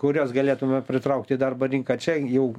kuriuos galėtume pritraukt į darbo rinką čia jau